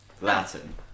latin